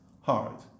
hard